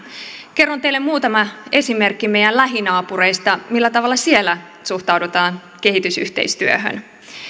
kerron teille muutaman esimerkin meidän lähinaapureistamme millä tavalla siellä suhtaudutaan kehitysyhteistyöhön